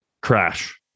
crash